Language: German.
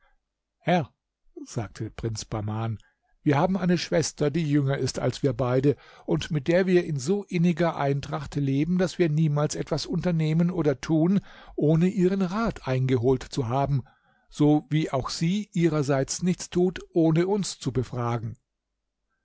herr sagte der prinz bahman wir haben eine schwester die jünger ist als wir beide und mit der wir in so inniger eintracht leben daß wir niemals etwas unternehmen oder tun ohne ihren rat eingeholt zu haben so wie auch sie ihrerseits nichts tut ohne uns zu befragen